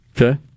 Okay